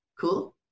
Cool